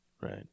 Right